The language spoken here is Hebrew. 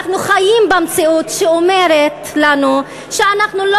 אנחנו חיים במציאות שאומרת לנו שאנחנו לא